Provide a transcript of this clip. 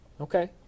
Okay